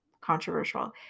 controversial